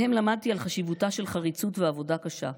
מהם למדתי על חשיבותה של חריצות ועבודה קשה.